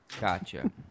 Gotcha